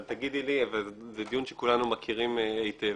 אבל תגידי לי וזה הדיון שכולנו מכירים היטב